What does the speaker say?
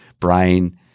brain